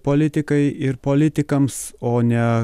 politikai ir politikams o ne